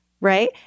right